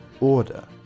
order